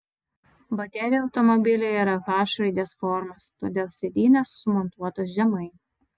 baterija automobilyje yra h raidės formos todėl sėdynės sumontuotos žemai